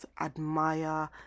admire